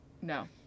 No